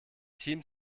team